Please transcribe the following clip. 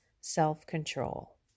self-control